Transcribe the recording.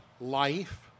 life